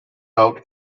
out